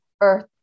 Earth